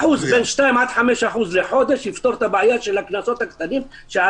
ואחוז עד 5% בחודש יפתור את הבעיה של הקנסות הקטנים.